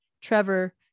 Trevor